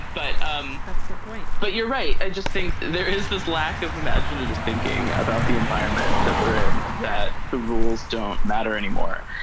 but um that's a good point. but you're right. i just think there is this lack of imaginative thinking about the environment that we're in. the rules don't matter anymore.